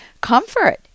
comfort